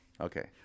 Okay